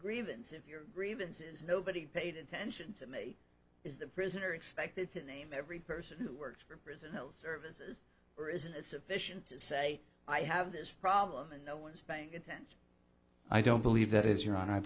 grievance of your grievances nobody paid attention to me is the prisoner expected to name every person who works for prison health services or is it sufficient to say i have this problem and no one's bank in tents i don't believe that is